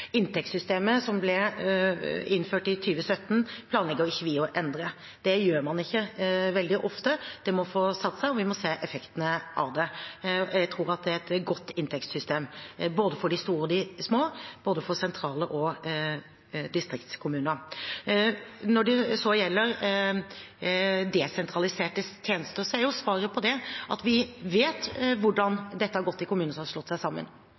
Inntektssystemet som ble innført i 2017, planlegger vi ikke å endre. Det gjør man ikke veldig ofte. Det må få satt seg, og vi må se effektene av det. Jeg tror at det er et godt inntektssystem både for de store og de små, både for sentrale kommuner og distriktskommuner. Når det så gjelder desentraliserte tjenester, er svaret på det at vi vet hvordan dette har gått i kommuner som har slått seg sammen.